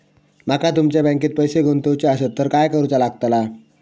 माका तुमच्या बँकेत पैसे गुंतवूचे आसत तर काय कारुचा लगतला?